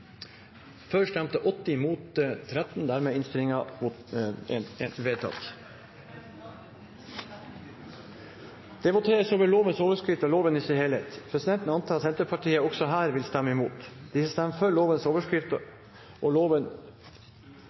Jeg stemte feil. Siden det er flere representanter som har stemt feil, tar vi voteringen på nytt. Det voteres over lovens overskrift og loven i sin helhet. Presidenten antar at Senterpartiet også her vil stemme